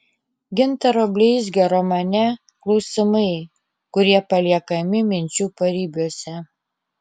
gintaro bleizgio romane klausimai kurie paliekami minčių paribiuose